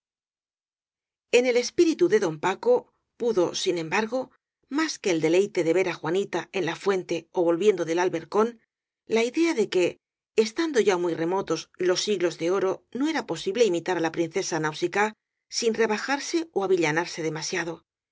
en el espíritu de don paco pudo sin embargo más que el deleite de ver á juanita en la fuente ó volviendo del albercón la idea de que estando ya muy remotos los siglos de oro no era posible imi tar á la princesa nausicaá sin rebajarse ó avilla narse demasiado